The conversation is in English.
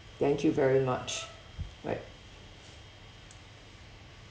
thank you very much alright